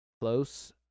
Close